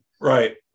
Right